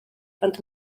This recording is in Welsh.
ond